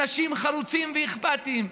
אנשים חרוצים ואכפתיים,